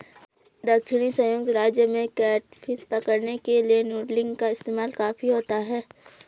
दक्षिणी संयुक्त राज्य में कैटफिश पकड़ने के लिए नूडलिंग का इस्तेमाल काफी होता है